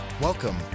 Welcome